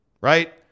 right